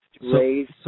raise